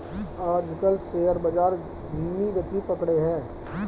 आजकल शेयर बाजार धीमी गति पकड़े हैं